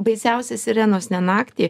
baisiausia sirenos ne naktį